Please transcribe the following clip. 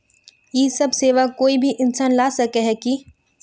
इ सब सेवा कोई भी इंसान ला सके है की?